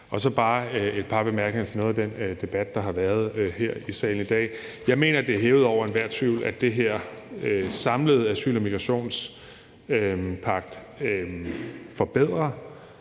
jeg bare et par bemærkninger til noget af den debat, der har været her i salen i dag. Jeg mener, det er hævet over enhver tvivl, at den her samlede asyl- og migrationspagt forbedrer